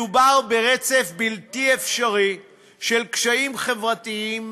מדובר ברצף בלתי אפשרי של קשיים חברתיים,